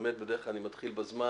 בדרך כלל אני מתחיל בזמן,